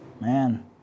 man